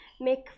make